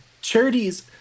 Charities